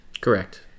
Correct